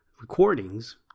recordings